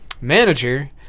manager